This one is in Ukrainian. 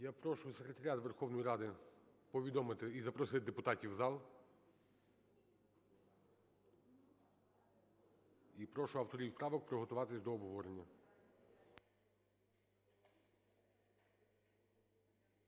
Я прошу Секретаріат Верховної Ради повідомити і запросити депутатів в зал. І прошу авторів правок приготуватись до обговорення.